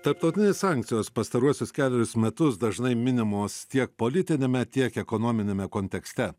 tarptautinės sankcijos pastaruosius kelerius metus dažnai minimos tiek politiniame tiek ekonominiame kontekste